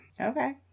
Okay